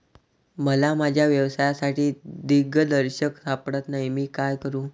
मला माझ्या व्यवसायासाठी दिग्दर्शक सापडत नाही मी काय करू?